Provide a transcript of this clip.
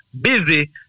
busy